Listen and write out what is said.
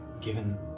Given